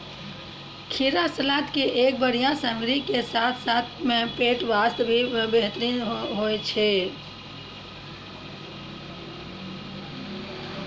खीरा सलाद के एक बढ़िया सामग्री के साथॅ साथॅ पेट बास्तॅ भी बेहतरीन होय छै